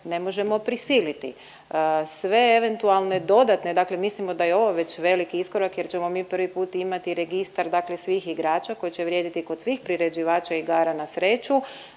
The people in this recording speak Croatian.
ne možemo prisiliti. Sve eventualne dodatne, dakle mislimo da je i ovo već veliki iskorak jer ćemo mi prvi put imati registar svih igrača koji će vrijediti kod svih priređivača igara na sreću.